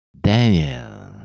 Daniel